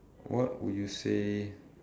what will you say